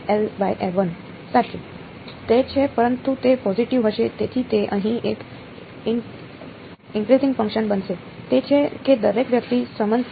સાચું તે છે પરંતુ તે પોજીટીવ હશે તેથી તે અહીં એક ઇન્કરઇજિંગ ફંકશન બનશે તે છે કે દરેક વ્યક્તિ સંમત થાય છે